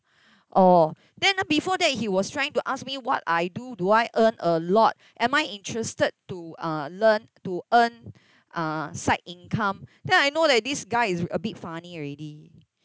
orh then ah before that he was trying to ask me what I do do I earn a lot am I interested to uh learn to earn uh side income then I know that this guy is a bit funny already